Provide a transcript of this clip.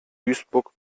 duisburg